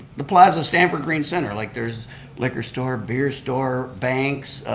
the plaza stamford green center. like, there's liquor store, beer store, banks,